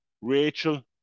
Rachel